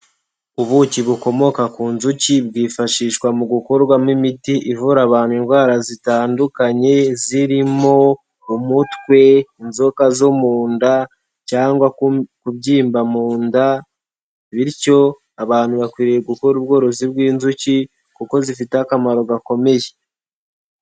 Ubuki bukomoka ku nzuki bwifashishwa mu gukorwamo imiti ivura abantu indwara zitandukanye, zirimo umutwe, inzoka zo mu nda, cyangwa kubyimba mu nda, bityo abantu bakwiriye gukora ubworozi bw'inzuki, kuko zifite akamaro gakomeye.